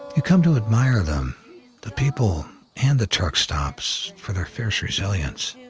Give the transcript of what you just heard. you come to admire them the people and the truck stops for their fierce resilience.